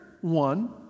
one